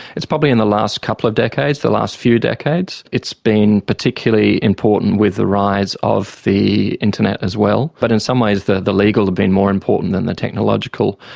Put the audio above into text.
it's probably in the last couple of decades, the last few decades. it's been particularly important with the rise of the internet as well, but in some ways the the legal has been more important than the technological,